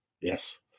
yes